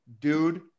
dude